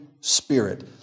Spirit